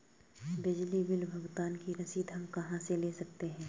बिजली बिल भुगतान की रसीद हम कहां से ले सकते हैं?